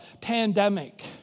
pandemic